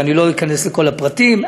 אני לא אכנס לכל הפרטים.